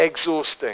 exhausting